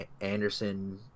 Anderson